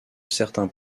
certains